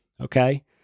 Okay